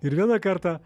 ir vieną kartą